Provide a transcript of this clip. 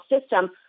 system